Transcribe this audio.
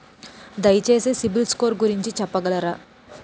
దయచేసి CIBIL score గురించి చెప్పగలరా?